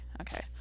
Okay